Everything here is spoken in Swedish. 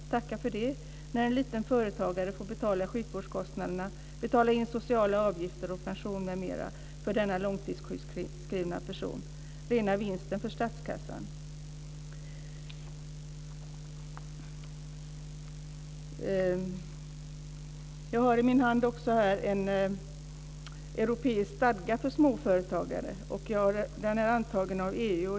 Tacka för det, när en liten företagare får betala sjukvårdskostnaderna, sociala avgifter, pension m.m. för en långtidssjukskriven person. Det är rena vinsten för statskassan. Jag har i min hand en europeisk stadga för småföretag. Den är antagen av EU.